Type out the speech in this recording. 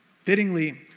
Fittingly